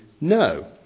no